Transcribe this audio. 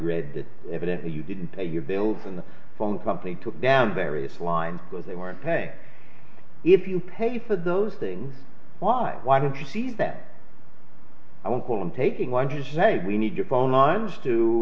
read that evidently you didn't pay your bills on the phone company took down various lines because they weren't paying if you pay for those things why why don't you see that i won't call them taking one tuesday we need to phone lines to